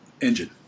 engine